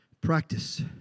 Practice